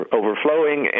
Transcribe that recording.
overflowing